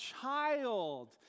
child